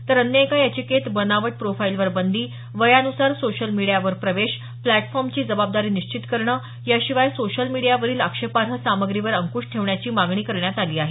तर अन्य एका याचिकेत बनावट प्रोफाइलवर बंदी वयानुसार सोशल मीडियावर प्रवेश फ्लॅटफॉर्मची जबाबदारी निश्चित करणं याशिवाय सोशल मीडियावरील आक्षेपार्ह सामग्रीवर अंक्श ठेवण्याची मागणी करण्यात आली आहे